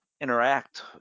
interact